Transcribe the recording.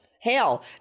Hell